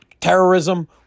terrorism